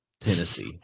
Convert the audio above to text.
Tennessee